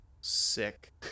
sick